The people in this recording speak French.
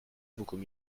beaucoup